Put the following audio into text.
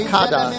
Kada